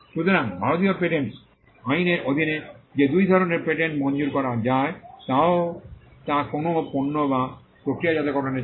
সুতরাং ভারতীয় পেটেন্টস আইনের অধীনে যে দুই ধরণের পেটেন্ট মঞ্জুর করা যায় তা কোনও পণ্য বা প্রক্রিয়াজাতকরণের জন্য